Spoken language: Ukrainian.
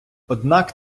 однак